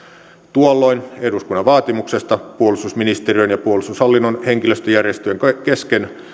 tuolloin eduskunnan vaatimuksesta puolustusministeriön ja puolustushallinnon henkilöstöjärjestöjen kesken